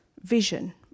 vision